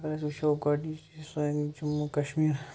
اگر أسۍ وٕچھو گۄڈٕنِچ یُس سٲنۍ جموں کشمیٖر